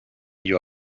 you